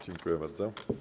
Dziękuję bardzo.